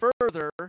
further